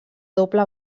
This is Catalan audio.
doble